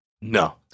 No